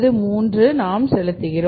93 நாம் செலுத்துகிறோம்